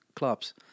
clubs